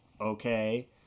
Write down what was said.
okay